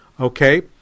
Okay